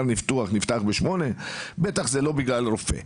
הניתוח נפתח ב-8:00 זה בטח לא בגלל רופא.